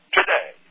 today